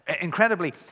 Incredibly